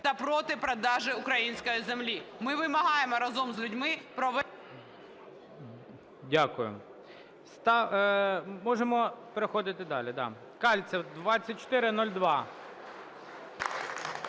та проти продажі української землі. Ми вимагаємо разом з людьми… ГОЛОВУЮЧИЙ. Дякую. Можемо переходити далі, да. Кальцев, 2402.